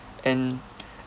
and